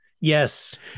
Yes